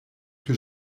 que